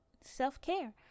self-care